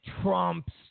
Trump's